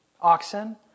oxen